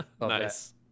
Nice